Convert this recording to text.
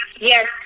Yes